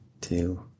Two